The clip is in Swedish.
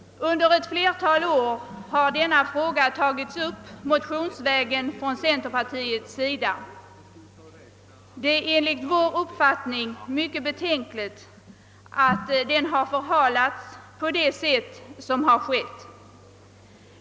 Under ett flertal år har centerpartiet tagit upp denna fråga motionsvägen. Det är enligt vår uppfattning mycket beklagligt att den har förhalats på det sätt som har skett.